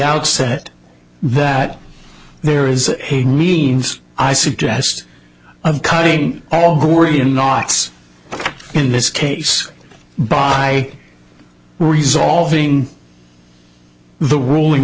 outset that there is a means i suggest of cutting all gordian knots in this case by resolving the ruling